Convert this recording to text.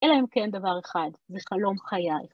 אלא אם כן דבר אחד, ושלום חיי.